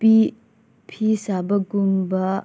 ꯐꯤ ꯁꯥꯕꯒꯨꯝꯕ